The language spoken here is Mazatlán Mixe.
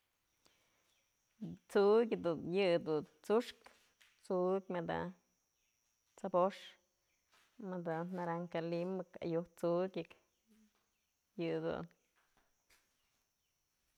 Tsu'ukyë dun yë dun t'suxkë, mëdë t'sbox, mëdë naranja lima, ayujkë tsu'ukyëk yëdun.